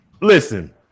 Listen